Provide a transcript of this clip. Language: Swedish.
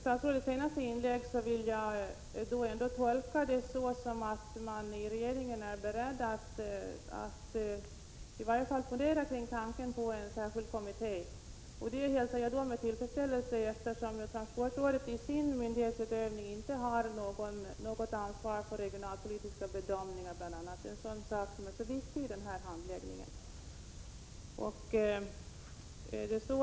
Statsrådets senaste inlägg vill jag tolka på ett sådant sätt att man i regeringen är beredd att i varje fall fundera på en särskild kommitté. Det hälsar jag med tillfredsställelse, eftersom transportrådet i sin myndighetsutövning inte har något ansvar för regionalpolitiska bedömningar, en sak som är så viktig vid denna handläggning.